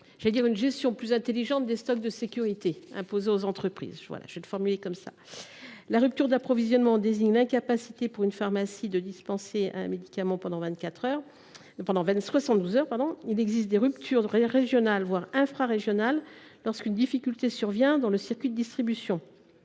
de permettre une gestion plus intelligente des stocks de sécurité qui leur sont imposés. La rupture d’approvisionnement désigne l’incapacité pour une pharmacie de dispenser un médicament pendant soixante douze heures. Il existe des ruptures régionales, voire infrarégionales, lorsqu’une difficulté survient dans le circuit de distribution.